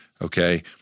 Okay